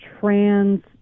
trans